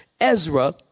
Ezra